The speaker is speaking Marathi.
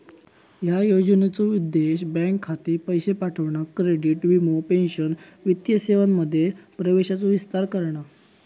ह्या योजनेचो उद्देश बँक खाती, पैशे पाठवणा, क्रेडिट, वीमो, पेंशन वित्तीय सेवांमध्ये प्रवेशाचो विस्तार करणा